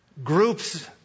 Groups